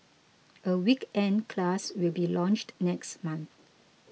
a weekend class will be launched next month